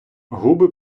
губи